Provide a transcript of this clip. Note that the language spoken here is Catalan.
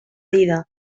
dida